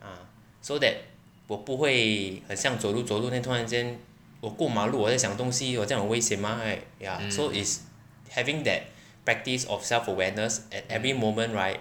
ah so that 我不会很像走路走路 then 突然间我过马路我在想东西我这种很危险 mah right ya so is having that practice of self awareness at every moment right